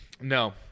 No